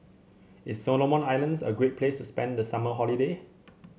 is Solomon Islands a great place to spend the summer holiday